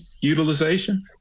utilization